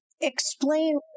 explain